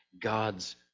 God's